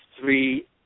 three